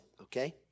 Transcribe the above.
okay